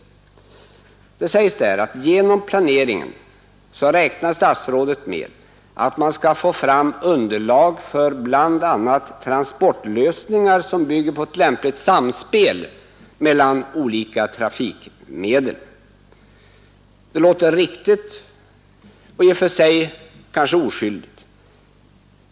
Det sades där att genom planeringen räknar statsrådet med att få fram underlag för bl.a. transportlösningar, som bygger på ett lämpligt samspel mellan olika trafikmedel. Det låter riktigt och i och för sig kanske oskyldigt.